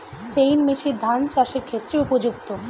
Chain machine ধান চাষের ক্ষেত্রে উপযুক্ত?